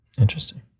Interesting